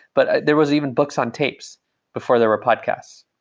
but there was even books on tapes before there were podcasts,